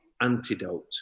antidote